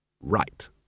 Right